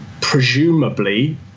presumably